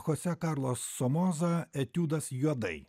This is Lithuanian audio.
chose karlas somoza etiudas juodai